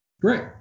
Great